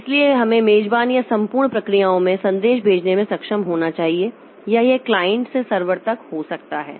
इसलिए हमें मेजबान या संपूर्ण प्रक्रियाओं में संदेश भेजने में सक्षम होना चाहिए या यह क्लाइंट से सर्वर तक हो सकता है